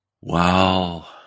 Wow